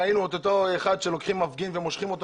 ראינו את אותו מפגין שלקחו אותו ומשכו אותו